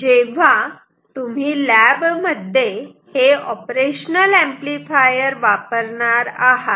जेव्हा तुम्ही लॅब मध्ये हे ऑपरेशनल ऍम्प्लिफायर वापरणार आहात